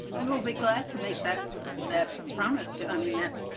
we will be glad to make that that promise to i mean that